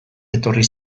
etorri